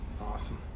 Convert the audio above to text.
awesome